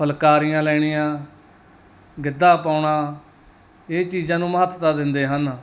ਫ਼ੁਲਕਾਰੀਆਂ ਲੈਣੀਆਂ ਗਿੱਦਾ ਪਾਉਣਾ ਇਹ ਚੀਜ਼ਾਂ ਨੂੰ ਮਹੱਤਤਾ ਦਿੰਦੇ ਹਨ